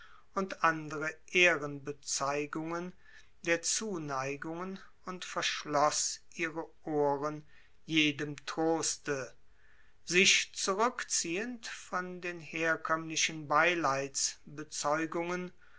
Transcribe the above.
und andre ehrenbezeigungen der zuneigungen und verschloß ihre ohren jedem troste sich zurückziehend von den herkömmlichen beileidsbezeugungen